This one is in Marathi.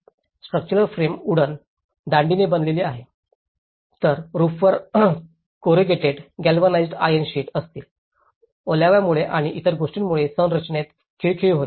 स्ट्रक्चरल फ्रेम वूडन दांडीने बनलेली आहे तररूफवर कोरीगेटेड गॅल्वनाइज्ड आयर्न शीट्स असतील ओलावामुळे आणि इतर गोष्टींमुळे संरचनेत खिळखिळी होईल